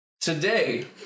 Today